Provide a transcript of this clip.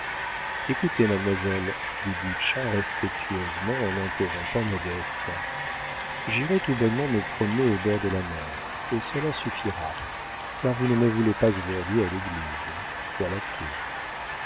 écoutez mademoiselle dit butscha respectueusement en interrompant modeste j'irai tout bonnement me promener au bord de la mer et cela suffira car vous ne me voulez pas aujourd'hui à l'église voilà tout